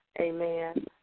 amen